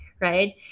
right